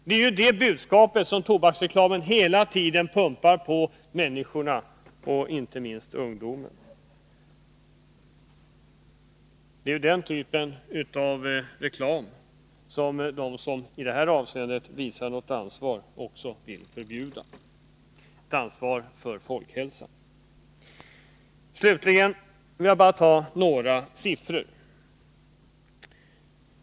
Det är det budskap som tobaksreklamen pumpar ut till människorna — inte minst till ungdomen. Det är den typen av reklam som de som i det här avseendet visar något ansvar för folkhälsan vill förbjuda. Slutligen vill jag bara ta några siffror.